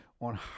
on